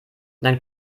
dann